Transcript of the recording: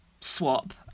swap